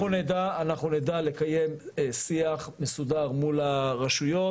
אנחנו נדע לקיים שיח מסודר מול הרשויות